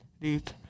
deep